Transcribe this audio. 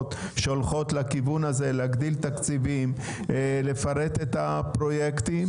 שהולכות לכיוון הזה להגדיל תקציבים; לפרט את הפרויקטים.